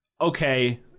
okay